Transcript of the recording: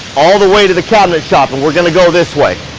all the way to the cabinet shop. and we're gonna go this way.